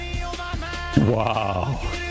Wow